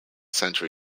century